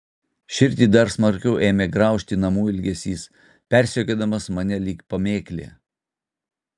širdį dar smarkiau ėmė graužti namų ilgesys persekiodamas mane lyg pamėklė